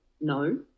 No